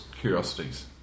Curiosities